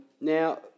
Now